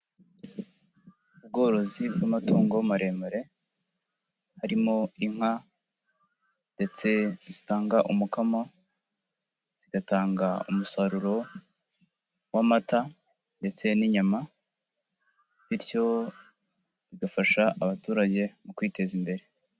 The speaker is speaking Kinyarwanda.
Ubworozi bw'amatungo maremare, harimo inka, ndetse zitanga umukamo, zigatanga umusaruro w'amata ndetse n'inyama, bityo zigafasha abaturage mu kwiteza imbere.